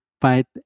fight